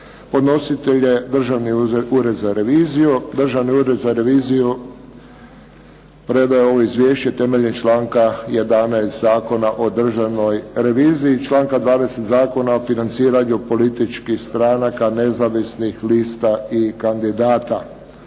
Podnositelj je Državni ured za reviziju. Državni ured za reviziju predao je ovo izvješće temeljem članka 11. Zakona o državnoj reviziji i članka 20. Zakona o financiranju političkih stranaka, nezavisnih lista i kandidata.